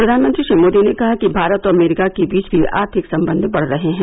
प्रधानमंत्री श्री मोदी ने कहा कि भारत और अमरीका के बीच भी आर्थिक संबंध बढ़ रहे हैं